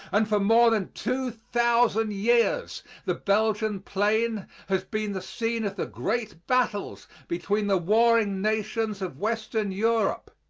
and for more than two thousand years the belgian plain has been the scene of the great battles between the warring nations of western europe.